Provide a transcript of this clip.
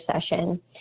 session